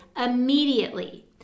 immediately